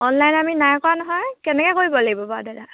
online আমি নাই কৰা নহয় কেনেকৈ কৰিব লাগিব বাৰু দাদা